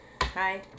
Hi